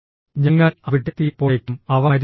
ഞങ്ങൽ അവിഡ് എത്തിയപ്പോഴേക്കും അവ മരിച്ചുപോയി